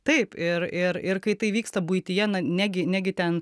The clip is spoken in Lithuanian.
taip ir ir ir kai tai vyksta buityje na negi negi ten